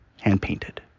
hand-painted